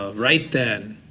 ah right then.